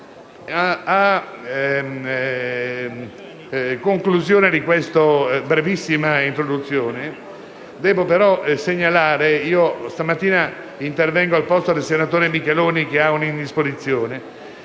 A conclusione di questa brevissima introduzione, poiché questa mattina intervengo al posto del senatore Micheloni, che ha un'indisposizione,